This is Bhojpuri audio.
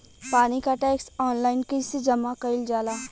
पानी क टैक्स ऑनलाइन कईसे जमा कईल जाला?